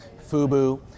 FUBU